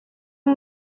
iri